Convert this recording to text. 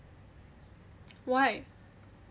why